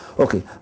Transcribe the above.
Okay